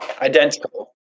identical